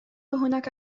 هناك